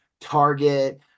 target